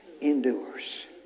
endures